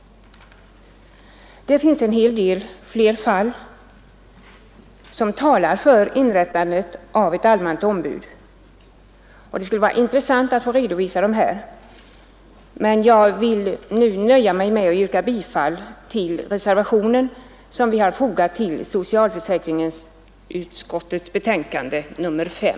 Det finns en hel del ytterligare fall som talar för inrättandet av ett allmänt ombud, och det skulle vara intressant att få redovisa dem här, men jag vill nu nöja mig med att yrka bifall till den reservation som vi har fogat till socialförsäkringsutskottets betänkande nr 5.